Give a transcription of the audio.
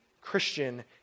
Christian